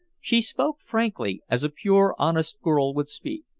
she spoke frankly, as a pure honest girl would speak.